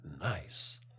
Nice